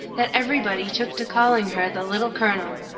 that everybody took to calling her the little colonel.